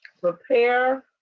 prepare